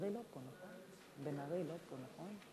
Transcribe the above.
שלוש דקות.